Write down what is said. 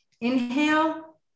inhale